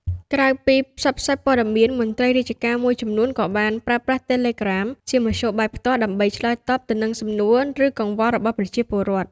ក្រៅពីការផ្សព្វផ្សាយព័ត៌មាន មន្ត្រីរាជការមួយចំនួនក៏បានប្រើប្រាស់ Telegram ជាមធ្យោបាយផ្ទាល់ដើម្បី ឆ្លើយតបទៅនឹងសំណួរ ឬកង្វល់របស់ប្រជាពលរដ្ឋ។